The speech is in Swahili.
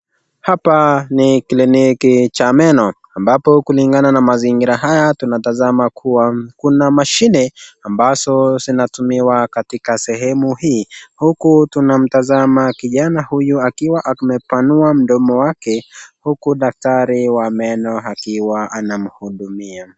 Hapa ni clinik cha meno ambapo kulingana na mazingira haya tunatazama kuwa kuna mashini amabazo zinatumika katika sehemu hii huku tunamtazama kijana huyu akiwa amepanua mdodmo wake huku daktari wa meno akiwa anamhudumia.